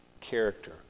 character